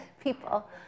people